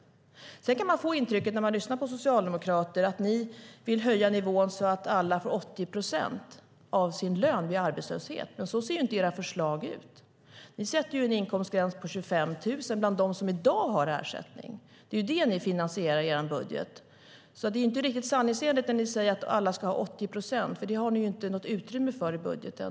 När man lyssnar på socialdemokrater kan man få intrycket att Socialdemokraterna vill höja nivån så att alla får 80 procent av sin lön vid arbetslöshet. Men så ser inte era förslag ut. Ni sätter en inkomstgräns vid 25 000 kronor för dem som i dag har ersättning. Det är så ni finansierar er budget. Det är inte riktigt sanningsenligt när ni säger att alla ska ha 80 procent, för i budgeten har ni inte något utrymme för det.